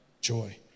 joy